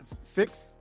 six